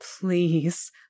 Please